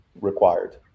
required